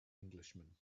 englishman